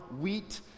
wheat